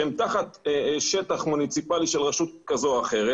שהם תחת שטח מוניציפלי של רשות כזו או אחרת,